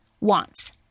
wants